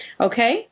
okay